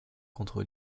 contre